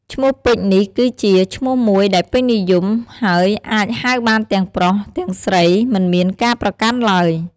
ឈ្មោះពេជ្យនេះគឺជា ឈ្មោះមួយដែលពេញនិយម ហើយអាចហៅបានទាំងប្រុស ទាំងស្រី មិនមានការប្រកាន់ឡើយ។